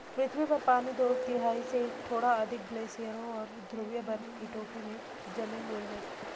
पृथ्वी पर पानी दो तिहाई से थोड़ा अधिक ग्लेशियरों और ध्रुवीय बर्फ की टोपी में जमे हुए है